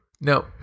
no